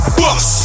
bus